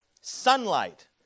Sunlight